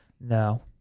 No